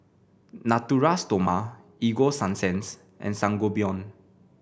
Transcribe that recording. Natura Stoma Ego Sunsense and Sangobion